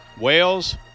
Wales